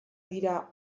dira